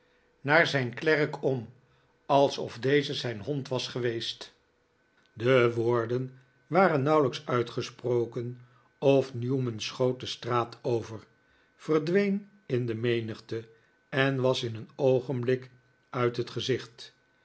naar zijn klerk om alsof deze zijn hond was geweest de woorden waren nauwelijks uitgesproken of newman schoot de straat over verdween in de menigte en was in een oogenblik uit het gezicht